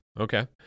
Okay